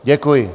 Děkuji.